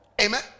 Amen